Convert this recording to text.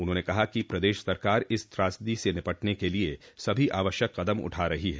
उन्होंने कहा कि प्रदेश सरकार इस त्रासदी से निपटने के लिए सभी आवश्यक कदम उठा रही है